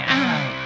out